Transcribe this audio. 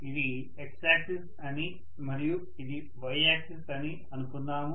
ఇది x axis అని మరియు ఇది y యాక్సిస్ అని అనుకుందాము